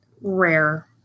rare